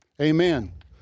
Amen